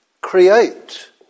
create